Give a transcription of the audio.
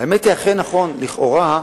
האמת היא שהכי נכון, לכאורה,